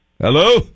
Hello